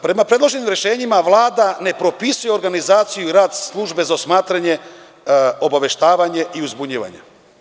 Prema predloženim rešenjima Vlada ne propisuje organizaciju i rad Službe za osmatranje, obaveštavanje i uzbunjivanje.